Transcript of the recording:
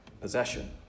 possession